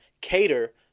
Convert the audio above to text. cater